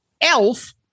Elf